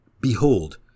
Behold